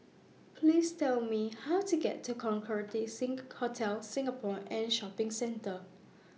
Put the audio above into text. Please Tell Me How to get to Concorde Hotel Singapore and Shopping Centre